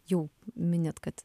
jau minėt kad